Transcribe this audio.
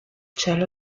cielo